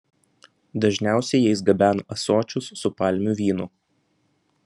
dažniausiai jais gabena ąsočius su palmių vynu